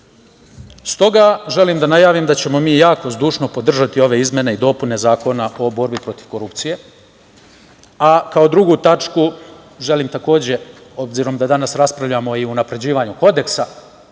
želim da najavim da ćemo mi zdušno podržati ove izmene i dopune Zakona o borbi protiv korupcije. Kao drugu tačku, želim takođe, obzirom da danas raspravljamo i o unapređivanju Kodeksa,